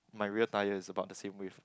my rear tyre is about the same width